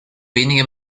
wenige